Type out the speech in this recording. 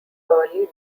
early